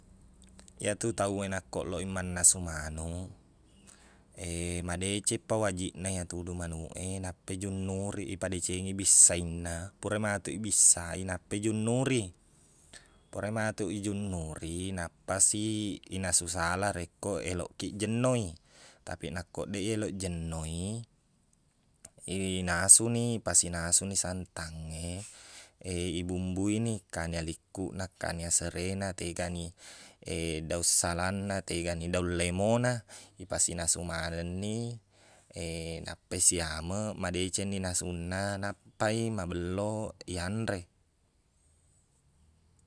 Iyatu tau e nako loq i mannasu manuq, madecengpa wajiqna iya tuduq manuq e nappa ijunnuri, ipadeccengi bissainna. Pura matuq ibissai nappa ijunnuri. Purai matuq ijunnuri, nappasi inasu sala rekko eloqkiq jenno i. Tapi nako deq eloq jenno i, inasuni, mapisinasuni santang e. Ibumbuini, kanya likkuna, kanya serena, tegani daung salangna, tegani daung lemona. Ipasinasu maneng ni nappai siameq, madecengni nasunna, nappai mabello iyanre.